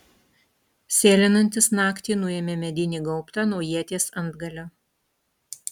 sėlinantis naktį nuėmė medinį gaubtą nuo ieties antgalio